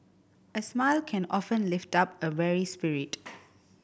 a smile can often lift up a weary spirit